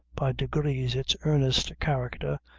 by degrees its earnest character,